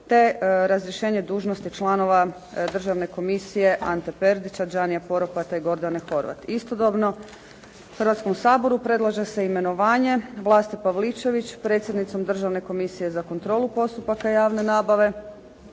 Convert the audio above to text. te razrješenje dužnosti članova Državne komisije Ante Perdića, Đanija Poropata i Gordane Horvat. Istodobno Hrvatskom saboru predlaže se imenovanje Vlaste Pavličević predsjednicom Državne komisije za kontrolu postupaka javne nabave,